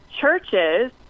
churches